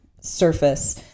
surface